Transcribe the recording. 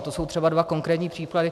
To jsou třeba dva konkrétní příklady.